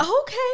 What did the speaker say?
Okay